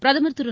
பிரதமர் திரு